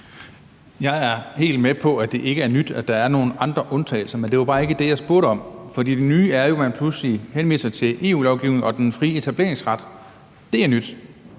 Jeg er helt med på, at det ikke er nyt, at der er nogle andre undtagelser, men det var bare ikke det, jeg spurgte om. For det nye er jo, at man pludselig henviser til EU-lovgivning og den frie etableringsret. Det er nyt